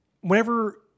whenever